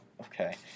okay